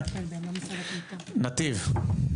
נתיב.